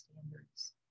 standards